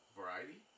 variety